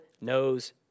knows